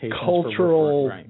cultural